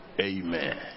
Amen